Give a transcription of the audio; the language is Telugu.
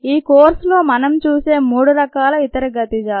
ఈ కోర్సులో మనం చూసే మూడు రకాల ఇతర గతిజలు